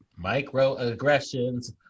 Microaggressions